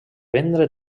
vendre